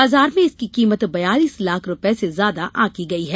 बाजार में इसकी कीमत बयालिस लाख रूपये से ज्यादा आंका गया है